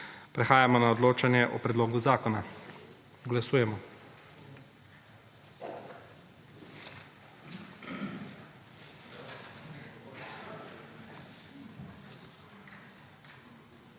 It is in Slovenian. Prehajamo na odločanje o predlogu zakona. Glasujemo.